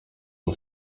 ubu